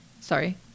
Sorry